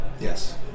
Yes